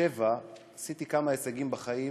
עשיתי כמה הישגים בחיים,